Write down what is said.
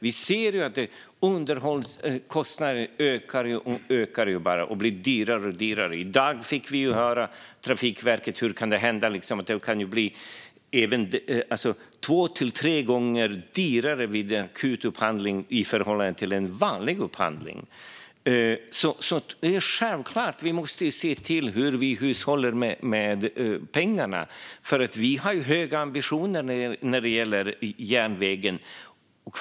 Vi ser att underhållskostnaderna bara ökar. Det blir dyrare och dyrare. I dag fick vi höra av Trafikverket att det kan bli två till tre gånger dyrare vid en akut upphandling jämfört med en vanlig upphandling. Självklart måste vi se till hur vi hushållar med pengarna. Vi har höga ambitioner när det gäller järnvägen.